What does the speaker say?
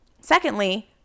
Secondly